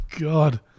god